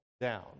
down